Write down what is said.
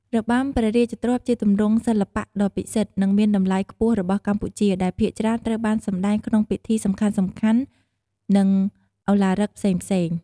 របាំព្រះរាជទ្រព្យជាទម្រង់សិល្បៈដ៏ពិសិដ្ឋ និងមានតម្លៃខ្ពស់របស់កម្ពុជា ដែលភាគច្រើនត្រូវបានសម្តែងក្នុងពិធីសំខាន់ៗ និងឧឡារិកផ្សេងៗ។